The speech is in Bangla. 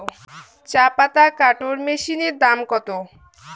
চাপাতা কাটর মেশিনের দাম কত?